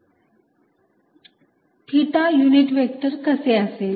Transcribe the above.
rsinθcosϕxsinθsinϕycosθz theta unit vector कसे असेल